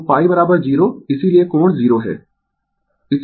तो0 इसीलिये कोण 0 है